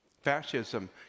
Fascism